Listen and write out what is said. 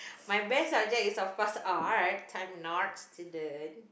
my best subject is of course art and I'm an art student